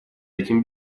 этим